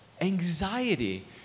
anxiety